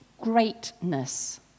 greatness